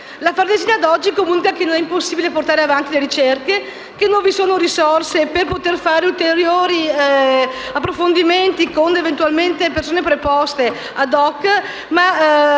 la Farnesina comunica che non è possibile portare avanti le ricerche, che non vi sono risorse *ad hoc* per poter fare ulteriori approfondimenti eventualmente con persone preposte al caso.